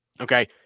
Okay